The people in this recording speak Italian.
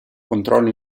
controlla